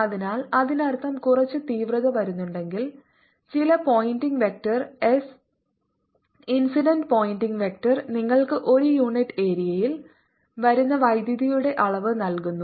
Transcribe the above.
അതിനാൽ അതിനർത്ഥം കുറച്ച് തീവ്രത വരുന്നുണ്ടെങ്കിൽ ചില Poynting vector S incident Poynting vector നിങ്ങൾക്ക് ഒരു യൂണിറ്റ് ഏരിയയിൽ വരുന്ന വൈദ്യുതിയുടെ അളവ് നൽകുന്നു